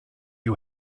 you